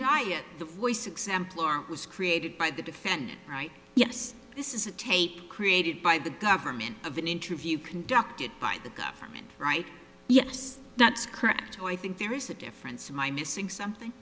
is the voice exemplar was created by the defendant right yes this is a tape created by the government of an interview conducted by the government right yes that's correct so i think there is a difference and i'm missing something